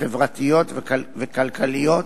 חברתיות וכלכליות,